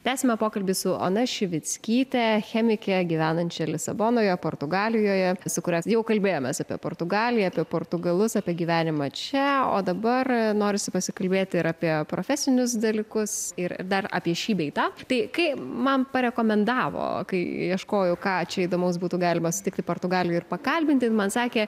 tęsiame pokalbį su ona šivickyte chemike gyvenančia lisabonoje portugalijoje su kuria jau kalbėjomės apie portugaliją apie portugalus apie gyvenimą čia o dabar norisi pasikalbėti ir apie profesinius dalykus ir dar apie šį bei tą tai kai man parekomendavo kai ieškojau ką čia įdomaus būtų galima sutikti portugalijoj ir pakalbinti man sakė